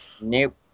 Nope